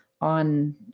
on